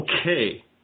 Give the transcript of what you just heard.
okay